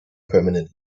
permanent